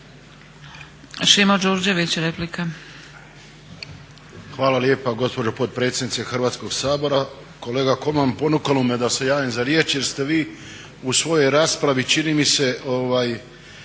Šimo Đurđević, replika.